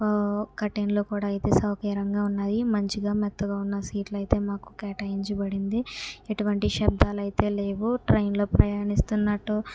ఓ కర్టెన్లు కూడా అయితే సౌకర్యంగా ఉన్నాయి మంచిగా మెత్తగా ఉన్న సీట్లు అయితే మాకు కేటాయించబడింది ఎటువంటి శబ్దాలు అయితే లేవు ట్రైన్ లో ప్రయాణిస్తున్నట్టు